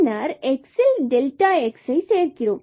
பின்னர் x இல் delta x ஐ சேர்க்கிறோம்